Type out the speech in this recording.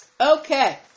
okay